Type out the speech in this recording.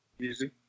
Easy